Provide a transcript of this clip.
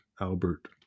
Albert